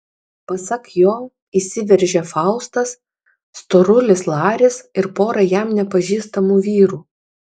pasak jo įsiveržė faustas storulis laris ir pora jam nepažįstamų vyrų